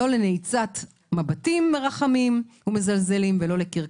לא לנעיצת מבטים מרחמים ומזלזלים ולא לקרקס.